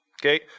Okay